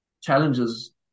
challenges